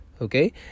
Okay